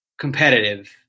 competitive